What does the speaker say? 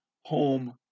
home